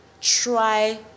try